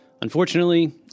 Unfortunately